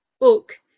book